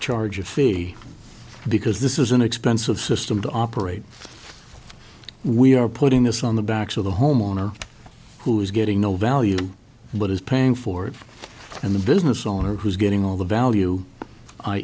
charge a fee because this is an expensive system to operate we are putting this on the backs of the homeowner who is getting no value but is paying for it and the business owner who's getting all the value i